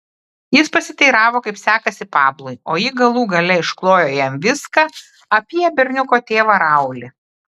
jis pasiteiravo kaip sekasi pablui o ji galų gale išklojo jam viską apie berniuko tėvą raulį